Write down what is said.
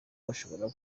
bashobora